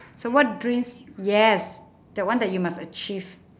so what dreams yes that one that you must achieve